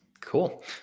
cool